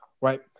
right